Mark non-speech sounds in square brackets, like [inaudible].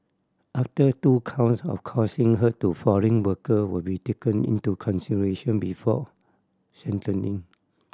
after two counts of causing hurt to foreign worker will be taken into consideration before [unintelligible]